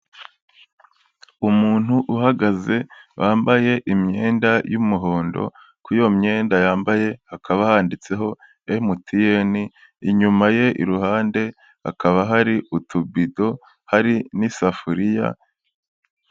Umuntu uhagaze wambaye imyenda y'umuhondo, kuri iyo myenda yambaye hakaba handitseho MTN, inyuma ye iruhande hakaba hari utubido hari n'isafuriya.